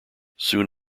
soon